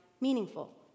meaningful